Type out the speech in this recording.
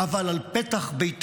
אבל על פתח ביתנו,